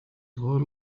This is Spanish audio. todos